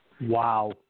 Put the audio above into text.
Wow